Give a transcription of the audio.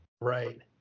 Right